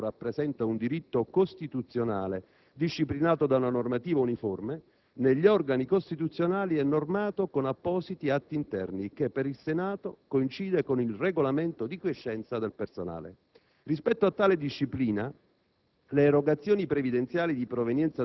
Il trattamento previdenziale, che per qualsiasi lavoratore pubblico o privato rappresenta un diritto costituzionale disciplinato da una normativa uniforme, negli organi costituzionali è normato con appositi atti interni che per il Senato coincidono con il Regolamento di quiescenza del personale.